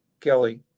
Kelly